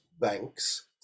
banks